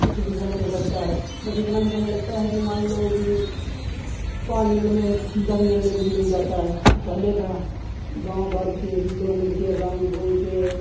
कुछ भी समय नहीं लगता है बस इतना ही समय लगता है कि मान लो कि पाँच मिनट में दस मिनट में मिल जाता है पहले था गाँव भर के लोग मिलकर रंग ढूँढकर